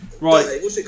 Right